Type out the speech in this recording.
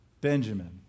Benjamin